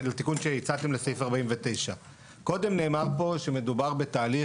לתיקון שהצעתם לסעיף 49. קודם נאמר פה שמדובר בתהליך